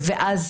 ואז,